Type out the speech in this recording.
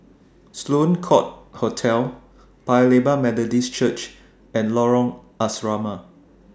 Sloane Court Hotel Paya Lebar Methodist Church and Lorong Asrama